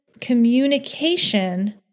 communication